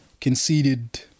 conceded